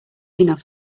enough